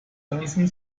ganzen